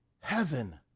Heaven